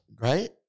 Right